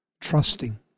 trusting